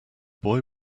boy